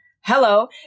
hello